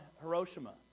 Hiroshima